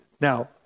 Now